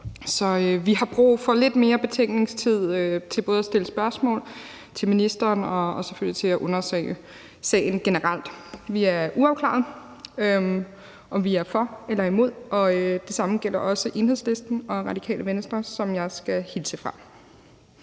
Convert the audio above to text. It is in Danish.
Så vi har brug for lidt mere betænkningstid til både at stille spørgsmål til ministeren og selvfølgelig også til at undersøge sagen generelt. Vi er uafklarede i forhold til, om vi er for eller imod, og det samme gælder også Enhedslisten og Radikale Venstre, som jeg skal hilse fra.